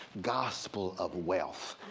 gospel of wealth.